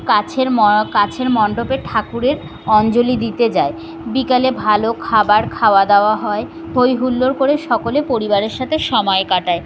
কাছের ম কাছের মণ্ডপে ঠাকুরের অঞ্জলি দিতে যায় বিকালে ভালো খাবার খাওয়া দাওয়া হয় হই হুল্লোড় করে সকলে পরিবারের সাথে সময় কাটায়